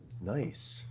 Nice